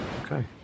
Okay